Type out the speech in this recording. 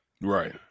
Right